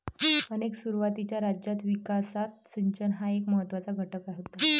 अनेक सुरुवातीच्या राज्यांच्या विकासात सिंचन हा एक महत्त्वाचा घटक होता